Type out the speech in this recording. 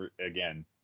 again